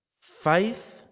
Faith